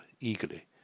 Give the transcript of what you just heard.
eagerly